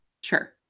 Sure